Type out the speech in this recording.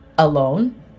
alone